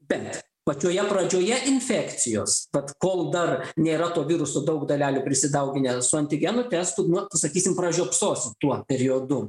bet pačioje pradžioje infekcijos vat kol dar nėra to viruso daug dalelių prisidauginę su antigenu testų nu sakysim pražiopsosi tuo periodu